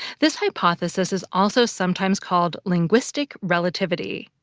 this hypothesis is also sometimes called linguistic relativity.